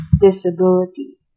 disability